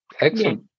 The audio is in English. Excellent